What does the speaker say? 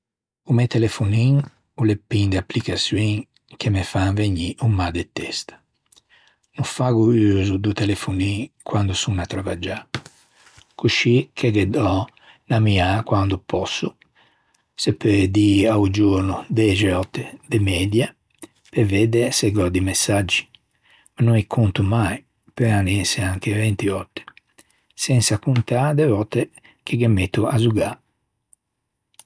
O mæ telefonin o l'é pin de applicaçioin che fan vegnî o mâ de testa. No faggo uso do telefonin quande son a travaggiâ, coscì che ghe do unn'ammiâ quande pòsso. Se peu dî a-o giorno dexe òtte de media, pe vedde se gh'ò di messaggi ma no i conto mai, peuan ëse anche vinti òtte, sensa contâ de vòtte che ghe metto à zeugâ.